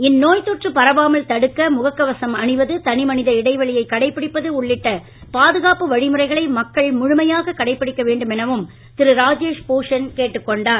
இந்நோய் தொற்று பரவாமல் தடுக்க முகக் கவசம் அணிவது தனிமனித இடைவெளியை கடைபிடிப்பது உள்ளிட்ட பாதுகாப்பு வழிமுறைகளை மக்கள் முழுமையாக கடைபிடிக்க வேண்டும் எனவும் திரு ராஜேஷ் பூஷன் கேட்டுக் கொண்டார்